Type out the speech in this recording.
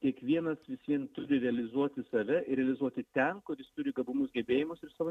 kiekvienas vis vien turi realizuoti save ir realizuoti ten kur jis turi gabumus gebėjimus ir savo